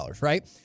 right